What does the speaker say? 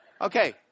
Okay